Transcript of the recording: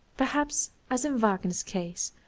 perhaps, as in wagner's case,